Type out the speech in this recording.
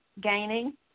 gaining